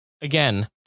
again